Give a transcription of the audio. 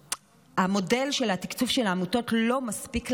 המודל של התקצוב של העמותות לא מספיק להם,